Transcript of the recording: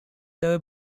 there